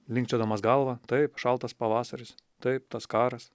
linkčiodamas galvą taip šaltas pavasaris taip tas karas